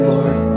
Lord